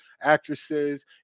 Actresses